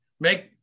Make